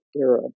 era